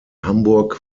hamburg